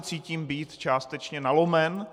Cítím se být částečně nalomen.